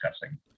discussing